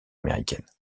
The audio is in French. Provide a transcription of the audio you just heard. américaine